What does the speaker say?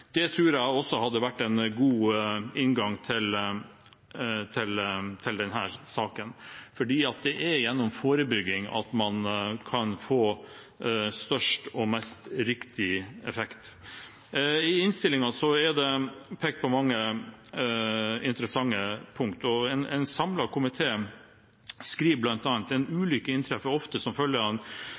Det tror jeg også hadde vært en god inngang til denne saken, for det er gjennom forebygging man kan få størst og riktigst effekt. I innstillingen er det pekt på mange interessante punkt, og en samlet komité skriver bl.a.: «En ulykke inntreffer ofte som følge av